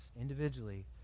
individually